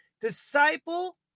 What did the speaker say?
disciple